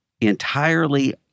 entirely